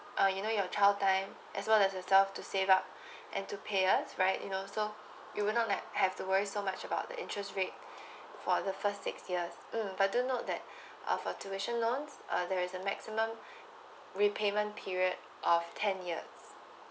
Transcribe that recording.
uh you know your child time as well as the stuff to say about and to pay us right you know so you will not like have to worry so much about the interest rate for the first six years mm but do note that uh for tuition loan uh there is a maximum repayment period of ten years